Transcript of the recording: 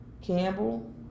Campbell